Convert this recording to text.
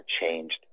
changed